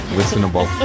listenable